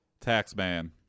Taxman